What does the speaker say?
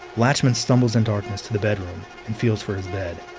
lachemann stumbles in darkness to the bedroom and feels for his bed.